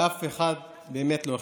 לאף אחד באמת לא אכפת.